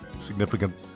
significant